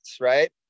right